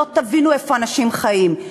לא תבינו איפה אנשים חיים,